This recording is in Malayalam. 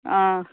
ആ